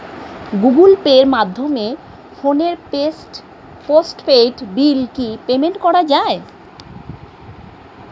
Google পের মাধ্যমে ফোনের পোষ্টপেইড বিল কি পেমেন্ট করা যায়?